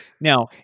now